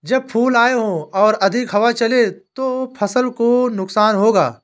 जब फूल आए हों और अधिक हवा चले तो फसल को नुकसान होगा?